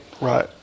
Right